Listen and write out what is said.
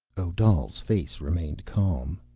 odal's face remained calm,